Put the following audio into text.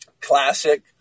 Classic